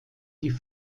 die